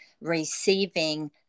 receiving